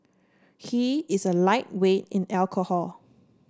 he is a lightweight in alcohol